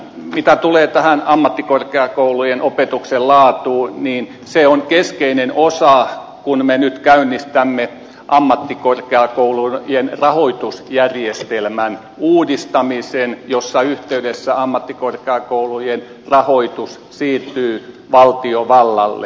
mitä tulee tähän ammattikorkeakoulujen opetuksen laatuun niin se on keskeinen osa kun me nyt käynnistämme ammattikorkeakoulujen rahoitusjärjestelmän uudistamisen missä yhteydessä ammattikorkeakoulujen rahoitus siirtyy valtiovallalle